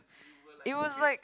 it was like